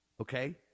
okay